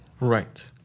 Right